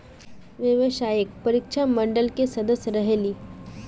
व्यावसायिक परीक्षा मंडल के सदस्य रहे ली?